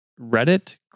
reddit